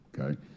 Okay